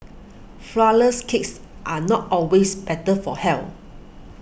Flourless Cakes are not always better for health